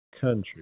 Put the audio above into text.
country